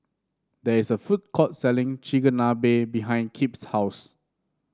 there is a food court selling Chigenabe behind Kip's house